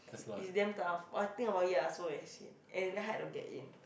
is damn tough !wah! I think about it ya I also very sian and it's very hard to get in